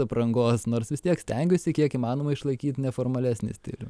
aprangos nors vis tiek stengiuosi kiek įmanoma išlaikyt neformalesnį stilių